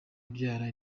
abyara